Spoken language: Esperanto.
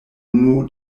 unu